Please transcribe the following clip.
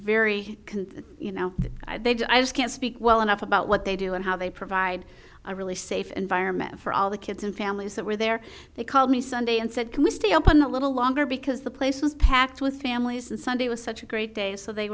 very you know i just can't speak well enough about what they do and how they provide a really safe environment for all the kids and families that were there they called me sunday and said can we stay open a little longer because the place was packed with families and sunday was such a great day so they